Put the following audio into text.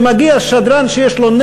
כשמגיע שדרן שיש לו,